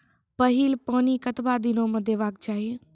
पहिल पानि कतबा दिनो म देबाक चाही?